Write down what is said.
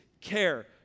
care